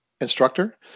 instructor